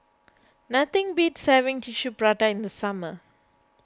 nothing beats having Tissue Prata in the summer